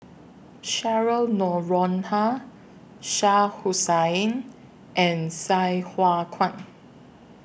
Cheryl Noronha Shah Hussain and Sai Hua Kuan